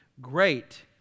Great